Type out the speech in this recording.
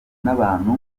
n’abantu